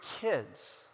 kids